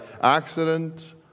accident